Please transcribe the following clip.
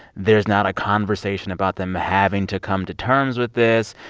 there's not a conversation about them having to come to terms with this.